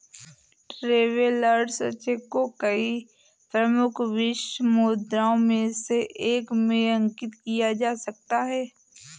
travellers cheque को कई प्रमुख विश्व मुद्राओं में से एक में अंकित किया जा सकता है